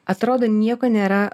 atrodo nieko nėra